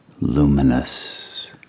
luminous